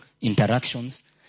interactions